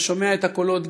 ושומע את הקולות,